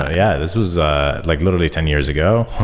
yeah, this was ah like literally ten years ago.